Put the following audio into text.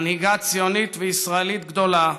מנהיגה ציונית וישראלית גדולה